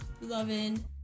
loving